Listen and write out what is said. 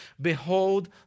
Behold